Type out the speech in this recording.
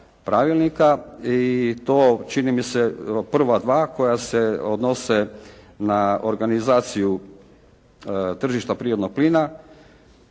i to čini mi se prva dva koja se odnose na organizaciju tržišta prirodnog plina,